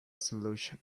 solution